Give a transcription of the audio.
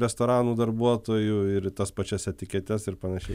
restoranų darbuotojų ir į tas pačias etiketes ir panašiai